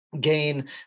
Gain